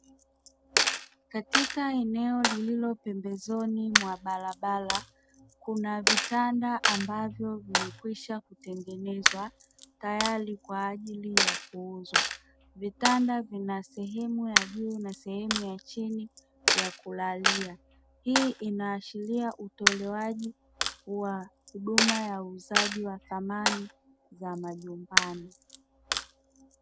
Katika eneo lililo pembezoni mwa barabara kuna vitanda ambavyo vimekwisha kutengeneza tayari kwa ajili ya kuuzwa. Vitanda vina sehemu ya juu na sehemu ya chini ya kulalia, hii inaashiria utolewaji wa huduma ya uuzaji wa samani za majumbani.